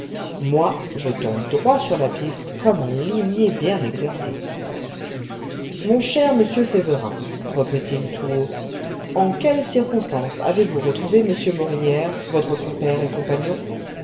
moi je tombe droit sur la piste comme un limier bien exercé mon cher monsieur sévérin reprit-il tout haut en quelles circonstances avez-vous retrouvé m morinière votre compère et compagnon